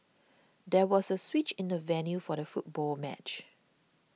there was a switch in the venue for the football match